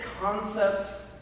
concept